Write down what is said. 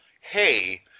hey